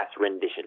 rendition